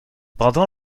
pendant